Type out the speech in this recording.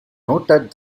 noted